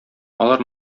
алар